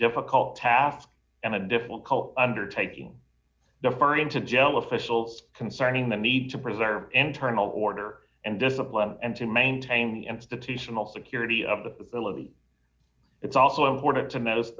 difficult task and a difficult undertaking deferring to jell officials concerning the need to preserve internal order and discipline and to maintain the institutional security of the ellipse it's also important to not